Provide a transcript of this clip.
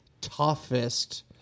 toughest